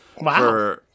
Wow